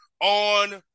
on